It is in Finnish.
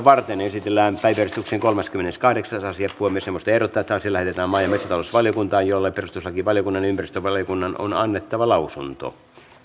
varten esitellään päiväjärjestyksen kolmaskymmeneskahdeksas asia puhemiesneuvosto ehdottaa että asia lähetetään maa ja metsätalousvaliokuntaan jolle perustuslakivaliokunnan ja ympäristövaliokunnan on annettava lausunto